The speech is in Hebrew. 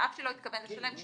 על אף שלא התכוון לשלם,